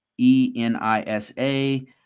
ENISA